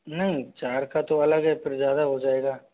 नहीं चार का तो अलग है पर ज़्यादा हो जाएगा